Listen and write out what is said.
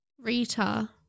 Rita